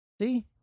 see